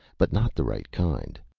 but not the right kind.